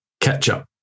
Ketchup